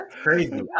crazy